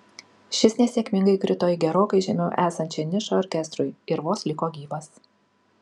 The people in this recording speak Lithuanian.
šis nesėkmingai krito į gerokai žemiau esančią nišą orkestrui ir vos liko gyvas